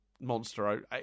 monster